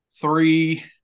three